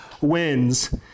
wins